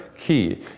key